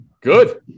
good